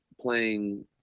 playing